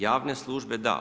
Javne službe, da.